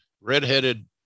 redheaded